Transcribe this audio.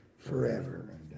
forever